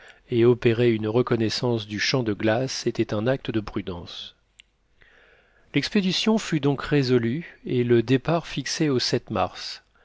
et opérer une reconnaissance du champ de glace était un acte de prudence l'expédition fut donc résolue et le départ fixé au mars